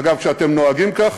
אגב, כשאתם נוהגים כך,